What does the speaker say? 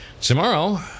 Tomorrow